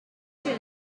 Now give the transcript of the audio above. chill